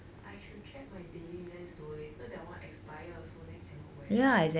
I should check my daily lens though later that one expire also then cannot wear what